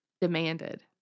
Demanded